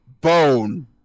bone